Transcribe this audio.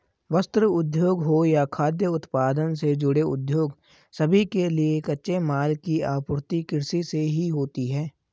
वस्त्र उद्योग हो या खाद्य उत्पादन से जुड़े उद्योग सभी के लिए कच्चे माल की आपूर्ति कृषि से ही होती है